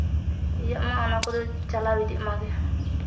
ᱤᱭᱟᱹᱜᱼᱢᱟ ᱚᱱᱟ ᱠᱚᱫᱚ ᱪᱟᱞᱟᱣ ᱤᱫᱤᱜᱼᱢᱟ ᱜᱮ